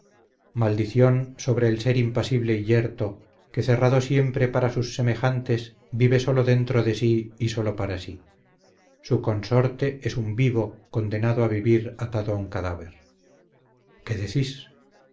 maldición sobre el ser impasible y yerto que cerrado siempre para sus semejantes vive sólo dentro de sí y sólo para sí su consorte es un vivo condenado a vivir atado a un cadáver qué decís